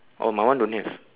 oh mine one don't have